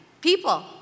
People